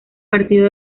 partido